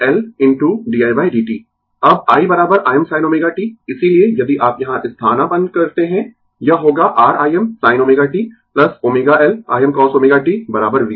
अब i Imsin ωt इसीलिए यदि आप यहाँ स्थानापन्न करते है यह होगा R Im sin ω t ω L Imcosω t v